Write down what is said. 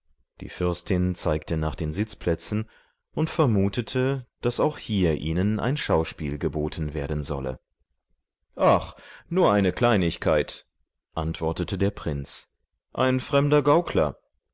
die fürstin zeigte nach den sitzplätzen und vermutete daß auch hier ihnen ein schauspiel geboten werden solle ach nur eine kleinigkeit antwortete der prinz ein fremder gaukler